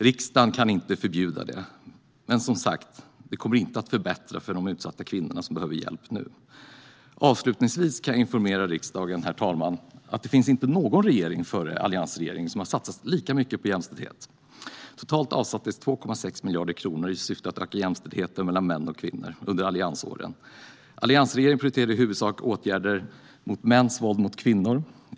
Riksdagen kan inte förbjuda det, men, som sagt, det kommer inte att förbättra för de utsatta kvinnor som behöver hjälp nu. Herr talman! Avslutningsvis kan jag informera riksdagen om att det inte funnits någon regering före alliansregeringen som har satsat lika mycket på jämställdhet. Totalt avsattes 2,6 miljarder kronor i syfte att öka jämställdheten mellan män och kvinnor. Alliansregeringen prioriterade i huvudsak åtgärder mot mäns våld mot kvinnor.